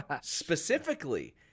specifically